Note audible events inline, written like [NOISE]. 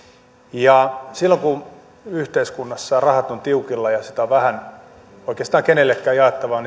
silloin kun yhteiskunnassa rahat ovat tiukilla ja niistä on vähän oikeastaan kenellekään jaettavaa [UNINTELLIGIBLE]